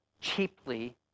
cheaply